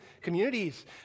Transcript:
communities